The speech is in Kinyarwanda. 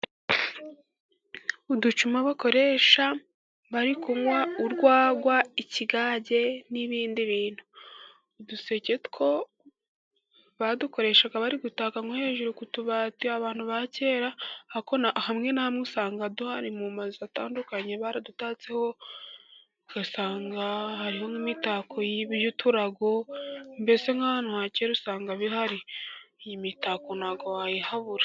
Uducuma bakoresha bari kunywa urwagwa, ikigage n'ibindi bintu . Uduseke two badukoreshaga bari gutaka nko hejuru ku tubati, abantu ba kera , ariko hamwe na hamwe usanga duhari mu mazu atandukanye baradutatseho, ugasanga hariho nk'imitako y'uturago , mbese nk'ahantu hakera usanga bihari iyi mitako ntabwo wayihabura.